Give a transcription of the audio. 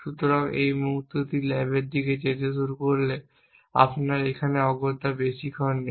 সুতরাং এই মুহূর্তটি ল্যাবের দিকে যেতে শুরু করে আপনার এখানে অগত্যা বেশিক্ষণ নেই